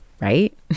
Right